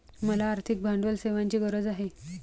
मला आर्थिक भांडवल सेवांची गरज आहे